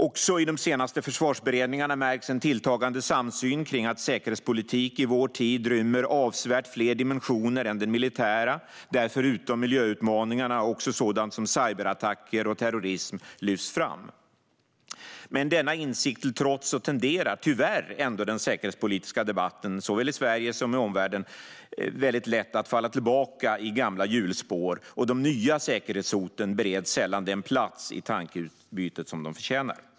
Också i de senaste försvarsberedningarna märks en tilltagande samsyn kring att säkerhetspolitik i vår tid rymmer avsevärt fler dimensioner än den militära, där förutom miljöutmaningarna sådant som cyberattacker och terrorism lyfts fram. Men denna insikt till trots tenderar tyvärr den säkerhetspolitiska debatten såväl i Sverige som i omvärlden att falla tillbaka i gamla hjulspår, och de nya säkerhetshoten bereds sällan den plats i tankeutbytet som de förtjänar.